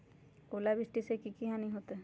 ओलावृष्टि से की की हानि होतै?